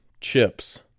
Chips